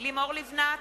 לימור לבנת,